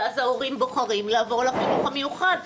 ואז ההורים בוחרים לעבור לחינוך המיוחד,